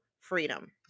freedom